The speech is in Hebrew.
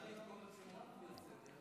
אתה צריך להקריא את כל השמות לפי הסדר,